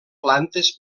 plantes